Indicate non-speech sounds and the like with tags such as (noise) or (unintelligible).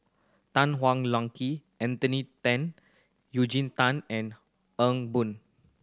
Tan Hwa (unintelligible) Anthony Then Eugene Tan and (unintelligible) Boon